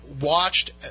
watched